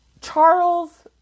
Charles